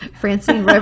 Francine